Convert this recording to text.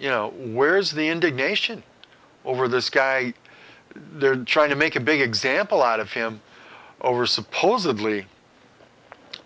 you know where is the indignation over this guy they're trying to make a big example out of him over supposedly